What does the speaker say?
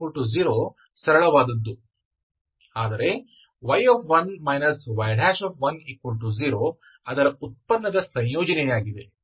y0 ಸರಳವಾದದ್ದು ಆದರೆ y1 y10 ಅದರ ಉತ್ಪನ್ನದ ಸಂಯೋಜನೆಯಾಗಿದೆ